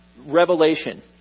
Revelation